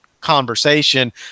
conversation